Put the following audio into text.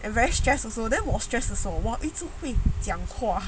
and very stress also then 我 stress 的时候 !wah! 一直讲话